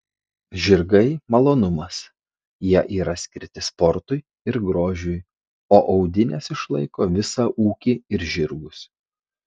žirgai malonumas jie yra skirti sportui ir grožiui o audinės išlaiko visą ūkį ir žirgus